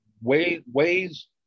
ways